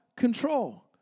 Control